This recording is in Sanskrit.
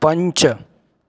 पञ्च